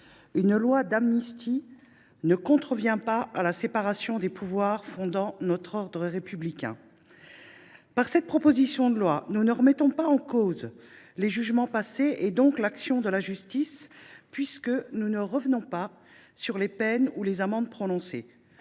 une loi d’amnistie ne contrevient pas à la séparation des pouvoirs fondant notre ordre républicain. Au travers de cette proposition de loi, nous ne remettons pas en cause les jugements passés, donc l’action de la justice, puisque nous ne revenons pas sur les peines ou les amendes prononcées.